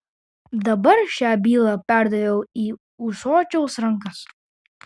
dabar šią bylą perdaviau į ūsočiaus rankas